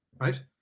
right